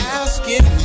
asking